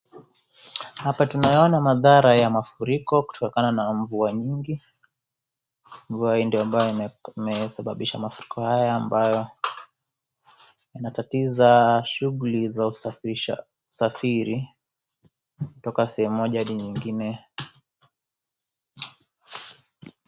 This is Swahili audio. Hapa tunaiona madharau ya mafuriko kutokana na mvua nyingi, mvua hii ndio ambayo imesababisha mafuriko haya ambayo inatatiza shugli za usafirisha safiri kutoka sehemu moja adi nyingine.